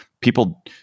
people